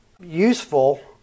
useful